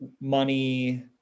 money